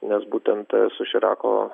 nes būtent su širako